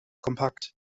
kompakt